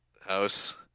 House